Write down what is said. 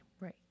Right